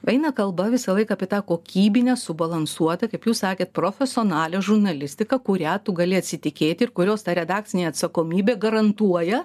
eina kalba visąlaik apie tą kokybinę subalansuotą kaip jūs sakėt profesionalią žurnalistiką kurią tu gali atsitikėti ir kurios ta redakcinė atsakomybė garantuoja